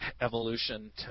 evolution